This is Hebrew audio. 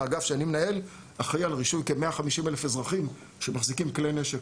האגף שאני מנהל אחראי היום על רישוי כ-150 אלף אזרחים שמחזיקים כלי נשק,